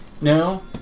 No